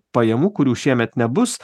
pajamų kurių šiemet nebus